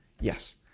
Yes